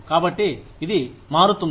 కాబట్టి ఇది మారుతుంది